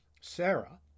Sarah